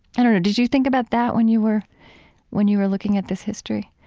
i don't know. did you think about that when you were when you were looking at this history?